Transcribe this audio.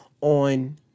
on